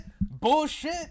Bullshit